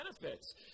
benefits